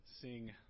sing